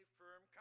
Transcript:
firm